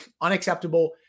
unacceptable